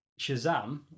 Shazam